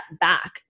back